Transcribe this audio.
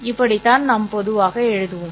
இப்படித்தான் நாம் பொதுவாக எழுதுகிறோம்